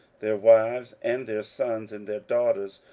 their wives, and their sons, and their daughters,